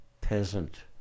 peasant